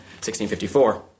1654